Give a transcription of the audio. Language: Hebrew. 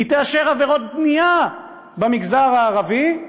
תאשר עבירות בנייה במגזר הערבי,